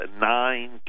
nine